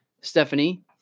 Stephanie